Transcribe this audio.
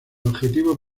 objetivo